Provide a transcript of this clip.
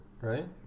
right